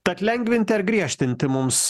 tad lengvinti ar griežtinti mums